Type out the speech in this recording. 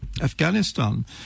Afghanistan